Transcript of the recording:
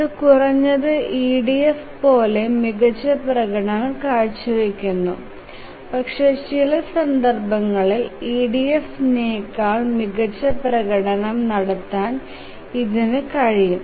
ഇത് കുറഞ്ഞത് EDF പോലെ മികച്ച പ്രകടനം കാഴ്ചവയ്ക്കുന്നു പക്ഷേ ചില സന്ദർഭങ്ങളിൽ EDF നേക്കാൾ മികച്ച പ്രകടനം നടത്താൻ ഇതിന് കഴിയും